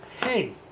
Hey